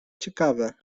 ciekawe